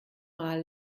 mal